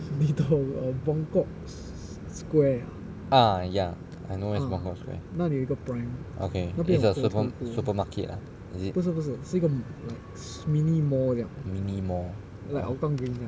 ah ya I know where's buangkok square okay is a super supermarket ah is it mini mall